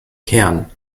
kern